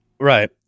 Right